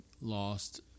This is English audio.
lost